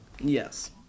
Yes